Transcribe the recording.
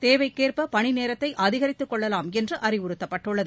தேவைக்கேற்ப பணி நேரத்தை அதிகரித்து கொள்ளலாம் என்று அறிவுறுத்தப்பட்டுள்ளது